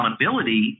accountability